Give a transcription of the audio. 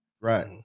Right